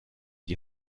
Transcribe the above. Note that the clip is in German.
die